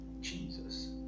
Jesus